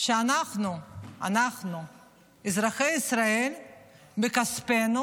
אנחנו אזרחי ישראל בכספנו